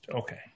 Okay